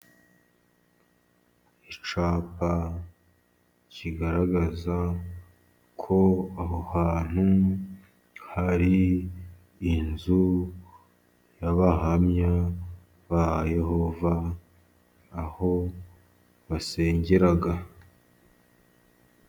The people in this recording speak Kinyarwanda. Icyapa kigaragaza ko, aho hantu hari inzu y' abahamya ba Yehova aho basengera.